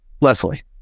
Leslie